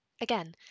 Again